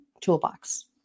toolbox